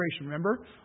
Remember